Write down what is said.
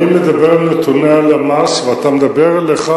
אני מדבר על נתוני הלמ"ס ואתה מדבר על אחד